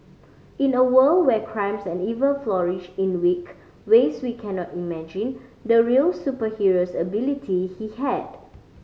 in a world where crimes and evil flourished in wicked ways we cannot imagine the real superheroes ability he had